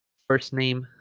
first name